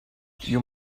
you